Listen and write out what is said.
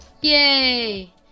yay